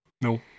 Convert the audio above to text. No